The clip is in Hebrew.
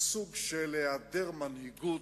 סוג של העדר מנהיגות,